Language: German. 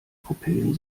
pupillen